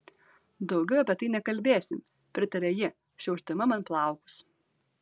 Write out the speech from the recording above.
daugiau apie tai nekalbėsim pritarė ji šiaušdama man plaukus